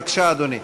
בבקשה, אדוני.